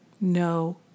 no